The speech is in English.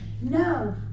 No